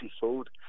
food